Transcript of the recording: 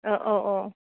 औ औ औ